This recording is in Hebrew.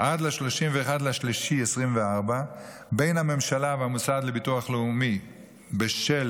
עד ל-31 במרץ 2024 בין הממשלה למוסד לביטוח לאומי בשל